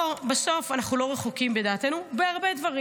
בוא, בסוף אנחנו לא רחוקים בדעותינו בהרבה דברים.